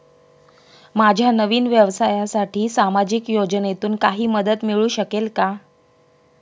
माझ्या नवीन व्यवसायासाठी सामाजिक योजनेतून काही मदत मिळू शकेल का?